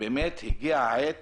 הגיע העת